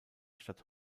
statt